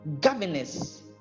governors